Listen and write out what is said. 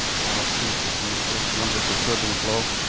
now, c sub d is this number for turbulent flow.